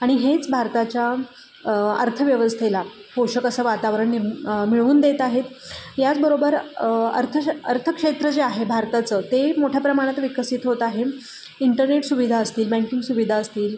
आणि हेच भारताच्या अर्थव्यवस्थेला पोषक असं वातावरण निम मिळवून देत आहेत याचबरोबर अर्थशे अर्थक्षेत्र जे आहे भारताचं ते मोठ्या प्रमाणात विकसित होत आहे इंटरनेट सुविधा असतील बँकिंग सुविधा असतील